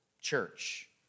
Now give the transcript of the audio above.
Church